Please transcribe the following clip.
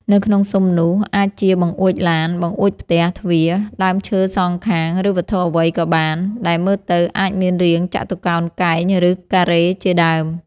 នៅក្នុងស៊ុមនោះ អាចជាបង្អួចឡាន បង្អួចផ្ទះ ទ្វារ ដើមឈើសង្ខាង ឬវត្ថុអ្វីក៏បាន ដែលមើលទៅអាចមានរាងចតុកោណកែង ឬ ការ៉េ ជាដើម។